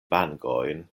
vangojn